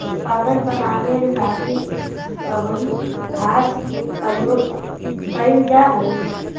कागज बनावे लगी सबई घास के भी प्रयोग कईल जा हई